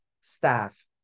staff